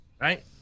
right